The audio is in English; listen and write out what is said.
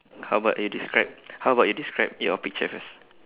how about you describe how about you describe your picture first